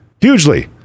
Hugely